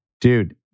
Dude